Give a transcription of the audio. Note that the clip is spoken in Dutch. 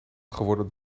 geworden